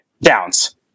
downs